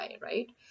right